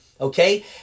okay